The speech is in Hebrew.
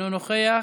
אינו נוכח,